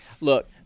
look